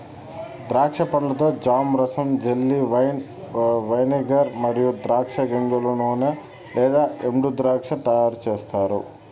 ద్రాక్ష పండ్లతో జామ్, రసం, జెల్లీ, వైన్, వెనిగర్ మరియు ద్రాక్ష గింజల నూనె లేదా ఎండుద్రాక్ష తయారుచేస్తారు